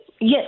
yes